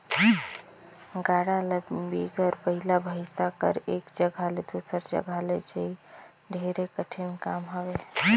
गाड़ा ल बिगर बइला भइसा कर एक जगहा ले दूसर जगहा लइजई ढेरे कठिन काम हवे